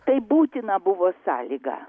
tai būtina buvo sąlyga